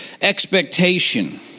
expectation